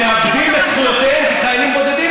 שמאבדים את זכויותיהם כחיילים בודדים,